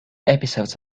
episodes